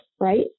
right